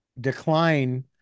decline